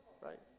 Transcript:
right